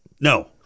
No